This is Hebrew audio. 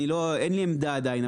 אין לי עמדה עדיין.